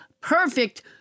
perfect